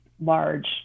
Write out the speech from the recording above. large